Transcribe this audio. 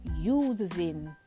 using